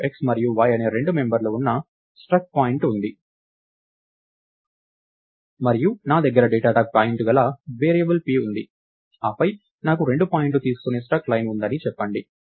మనకు x మరియు y అనే రెండు మెంబర్లు ఉన్న స్ట్రక్ట్ పాయింట్ ఉంది మరియు నా దగ్గర డేటా టైప్ పాయింట్ గల వేరియబుల్ p ఉంది అపై నాకు రెండు పాయింట్లు తీసుకునే స్ట్రక్ట్ లైన్ ఉందని చెప్పండి